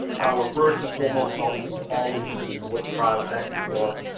our first and foremost thought is to always listen to what tribe is asking for,